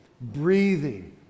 breathing